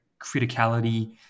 criticality